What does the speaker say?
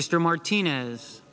mr martinez